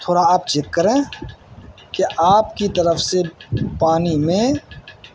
تھوڑا آپ چیک کریں کہ آپ کی طرف سے پانی میں